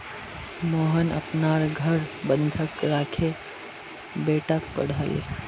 मोहन अपनार घर बंधक राखे बेटाक पढ़ाले